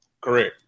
Correct